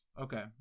Okay